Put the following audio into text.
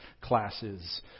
classes